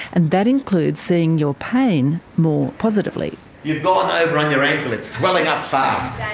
and that includes seeing your pain more positively. you've gone over on your ankle, it's swelling up fast.